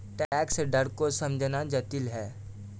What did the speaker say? tax दर को समझना जटिल है